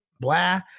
blah